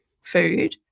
food